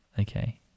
okay